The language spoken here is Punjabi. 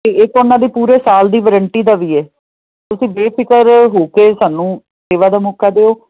ਅਤੇ ਇੱਕ ਉਹਨਾਂ ਦੇ ਪੂਰੇ ਸਾਲ ਦੀ ਵਰੰਟੀ ਦਾ ਵੀ ਹੈ ਤੁਸੀਂ ਬੇਫਿਕਰ ਹੋ ਕੇ ਸਾਨੂੰ ਸੇਵਾ ਦਾ ਮੌਕਾ ਦਿਓ